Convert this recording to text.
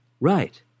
Right